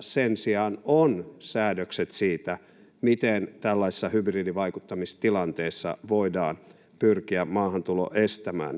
sen sijaan on säädökset siitä, miten tällaisessa hybridivaikuttamistilanteessa voidaan pyrkiä maahantulo estämään.